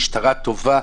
משטרה טובה,